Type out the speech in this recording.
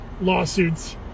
lawsuits